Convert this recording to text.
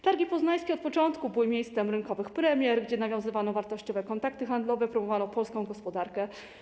Targi poznańskie od początku były miejscem rynkowych premier, gdzie nawiązywano wartościowe kontakty handlowe, promowano polską gospodarkę.